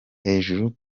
hejuru